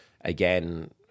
Again